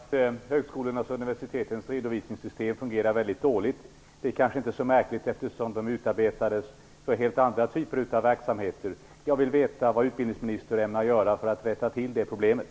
Herr talman! Jag till ställa en fråga till utbildningsministern. Det är känt att högskolornas och universitetens redovisningssystem fungerar väldigt dåligt. Det kanske inte är så märkligt med tanke på att de utarbetades för helt andra typer av verksamheter. Jag vill veta vad utbildningsministern ämnar göra för att rätta till det problemet.